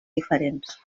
diferents